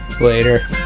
Later